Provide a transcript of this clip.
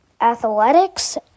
Athletics